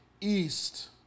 east